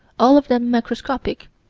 all of them microscopic,